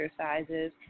exercises